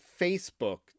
Facebook